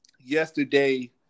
yesterday